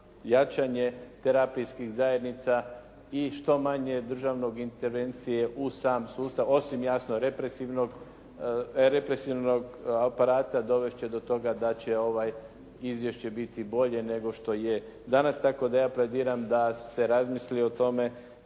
jačanje terapijskih zajednica i što manje državne intervencije u sam sustav osim jasno represivnog aparata dovest će do toga da će izvješće biti bolje nego što je danas, tako da ja plediram da se razmisli o ulozi